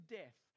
death